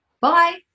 bye